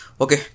Okay